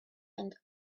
and